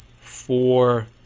four